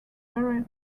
very